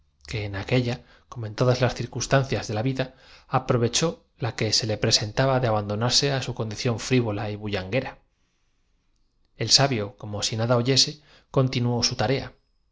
que en aquella como en todas las circunstan cias de la vida aprovechó la que se le presentaba de abandonarse á su condición frivola y bullanguera el sabio como si nada oyese continuó su tarea